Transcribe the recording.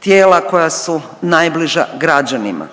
tijela koja su najbliža građanima.